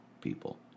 people